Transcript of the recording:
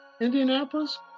Indianapolis